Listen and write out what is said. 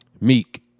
Meek